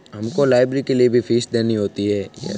हमको लाइब्रेरी के लिए भी फीस देनी होती है